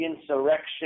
insurrection